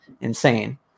insane